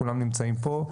כולם נמצאים פה.